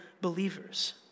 believers